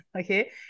Okay